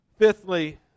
Fifthly